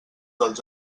dels